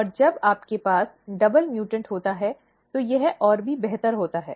और जब आपके पास डबल म्यूटॅन्ट होता है तो यह और भी बेहतर होता है